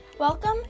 Welcome